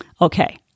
Okay